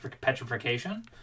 petrification